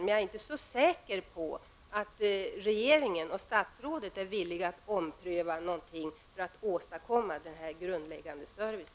Men jag är inte så säker på att regeringen och statsrådet är villiga att ompröva något för att åstadkomma denna grundläggande service.